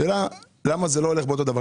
השאלה היא למה זה לא קורה אותו דבר?